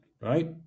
right